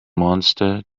monster